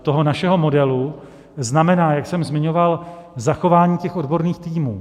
Výhoda našeho modelu znamená, jak jsem zmiňoval, zachování odborných týmů.